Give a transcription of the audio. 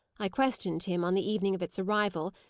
i questioned him on the evening of its arrival,